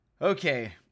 Okay